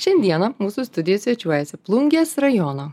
šiandieną mūsų studijoj svečiuojasi plungės rajono